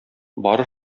бары